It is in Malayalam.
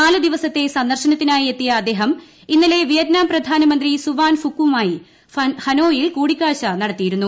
നാല് ദിവസത്തെ സ്റ്റൂർശ്നത്തിനായി എത്തിയ അദ്ദേഹം ഇന്നലെ വിയറ്റ്നാം പ്രധാനമന്ത്രി സുവാൻ ഫുക്കുമായി ഹനോയിൽ കൂടിക്കാഴ്ച നടത്തിയിരുന്നു